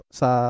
sa